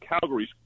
Calgary's